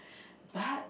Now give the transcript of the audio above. but